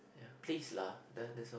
ya please lah that that's all